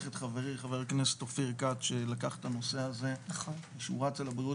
את חברי חבר הכנסת אופיר כץ שלקח את הנושא הזה שהוא רץ על הבריאות